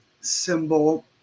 symbol